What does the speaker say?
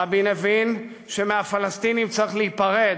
רבין הבין שמהפלסטינים צריך להיפרד,